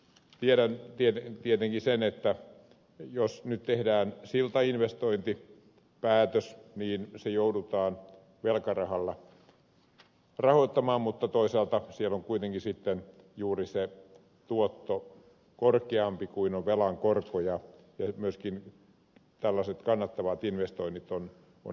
tiedän tietenkin sen että jos nyt tehdään siltainvestointipäätös se joudutaan velkarahalla rahoittamaan mutta toisaalta siellä on kuitenkin sitten juuri se tuotto korkeampi kuin on velan korko ja myöskin tällaiset kannattavat investoinnit on järkeviä